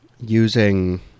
using